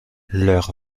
leur